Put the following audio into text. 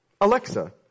alexa